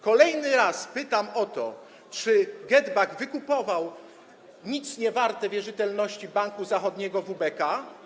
Kolejny raz pytam: Czy GetBack wykupywał nic niewarte wierzytelności Banku Zachodniego WBK?